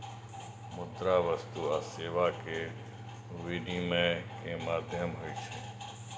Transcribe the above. मुद्रा वस्तु आ सेवा के विनिमय के माध्यम होइ छै